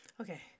Okay